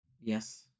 Yes